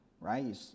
Right